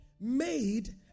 Made